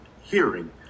hearing